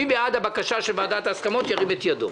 מי בעד הבקשה של ועדת ההסכמות, ירים את ידו.